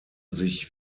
sich